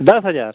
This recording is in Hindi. दस हज़ार